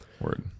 Word